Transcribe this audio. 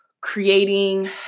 creating